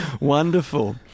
Wonderful